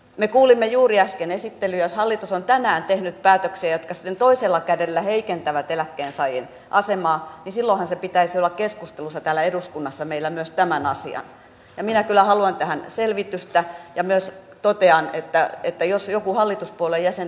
me kuulimme juuri äsken esittelijä hallitus on tänään tehnyt päätöksiä testin toisella kädellä heikentävät eläkkeensaajien asemaa sillä onhan se pitäisi olla keskustelussa täällä eduskunnassa meillä myös tämän asian ja minä kyllä haluan tähän selvitystä ja vesa totean että että jos joku hallituspuolueen jäsen